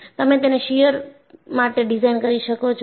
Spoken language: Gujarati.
તમે તેને શીયર માટે ડિઝાઇન કરી શકો છો